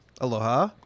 Aloha